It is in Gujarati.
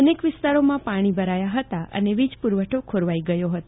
અનેક વિસ્તારોમાં પાણી ભરાયા હતા અને વીજપુરવઠો ખોરવાઇ ગયો હતો